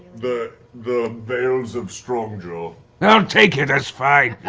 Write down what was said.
the the vales of strongjaw. matt i'll take it, that's fine.